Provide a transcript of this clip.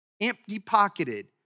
empty-pocketed